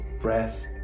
breath